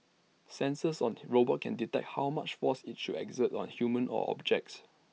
sensors on the robot can detect how much force IT should exert on humans or objects